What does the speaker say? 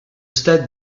stade